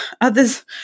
others